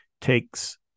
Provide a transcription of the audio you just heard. takes